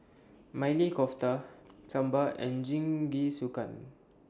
Maili Kofta Sambar and Jingisukan